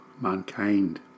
mankind